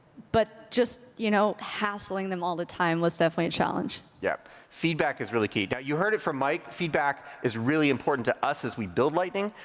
but just you know hassling them all the time was definitely a yep, feedback is really key. now, you heard it from mike, feedback is really important to us as we build lightning,